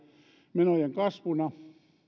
menojen kasvuna